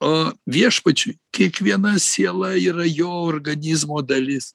o viešpačiui kiekviena siela yra jo organizmo dalis